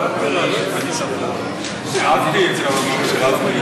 בבקשה, עד שלוש דקות לרשותך,